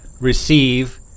receive